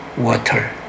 Water